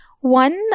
One